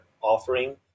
offering